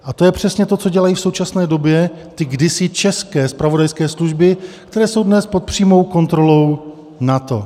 A to je přesně to, co dělají v současné době ty kdysi české zpravodajské služby, které jsou dnes pod přímou kontrolou NATO.